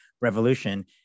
revolution